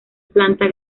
planta